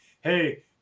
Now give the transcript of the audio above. hey